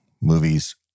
Movies